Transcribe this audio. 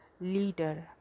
leader